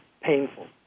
painful